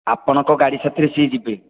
ଆପଣଙ୍କ ଗାଡ଼ି ସାଥିରେ ସିଏ ଯିବେ